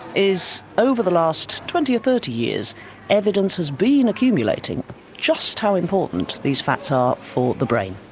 is over the last twenty or thirty years evidence has been accumulating just how important these fats are for the brain.